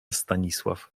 stanisław